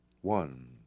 One